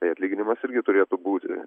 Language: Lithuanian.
tai atlyginimas irgi turėtų būti